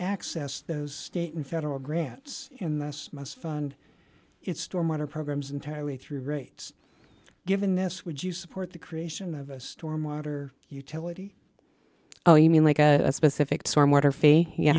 access those state and federal grants in the us must fund its stormwater programs entirely through rates given this would you support the creation of a storm water utility oh you mean like a specific